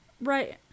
Right